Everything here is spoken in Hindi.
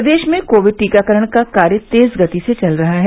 प्रदेश में कोविड टीकाकरण का कार्य तेज गति से चल रहा है